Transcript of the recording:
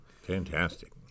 Fantastic